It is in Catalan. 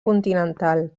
continental